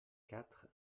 quatre